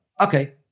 okay